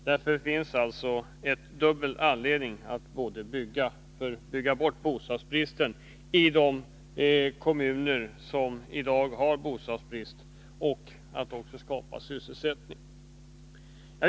Därför finns det dubbel anledning till att bygga, både för att bygga bort bostadsbristen i de kommuner som i dag har bostadsbrist och för att skapa sysselsättning.